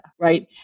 right